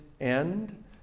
end